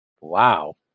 Wow